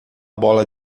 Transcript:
bola